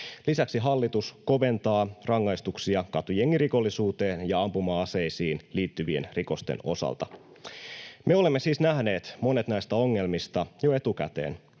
Lisäksi hallitus koventaa rangaistuksia katujengirikollisuuteen ja ampuma-aseisiin liittyvien rikosten osalta. Me olemme siis nähneet monet näistä ongelmista jo etukäteen.